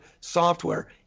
software